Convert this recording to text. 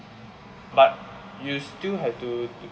but you still have to to